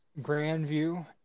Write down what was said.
Grandview